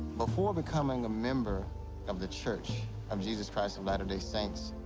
before becoming a member of the church of jesus christ of latter-day saints,